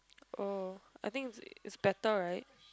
oh I think is is better right